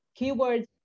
keywords